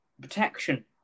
protection